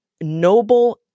noble